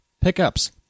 pickups